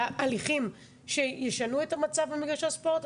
להליכים שישנו את המצב במגרשי הספורט.